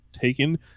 taken